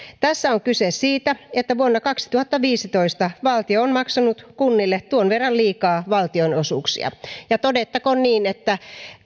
tässä on kyse siitä että vuonna kaksituhattaviisitoista valtio on maksanut kunnille tuon verran liikaa valtionosuuksia ja todettakoon niin että